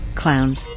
clowns